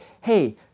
hey